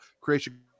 creation